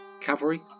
Cavalry